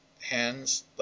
hands